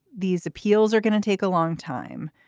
these appeals are going to take a long time.